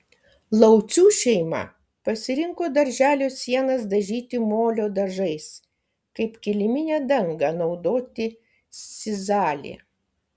laucių šeima pasirinko darželio sienas dažyti molio dažais kaip kiliminę dangą naudoti sizalį